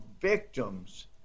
victims